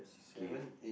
okay